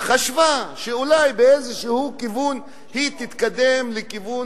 חשבה שאולי באיזשהו כיוון היא תתקדם לכיוון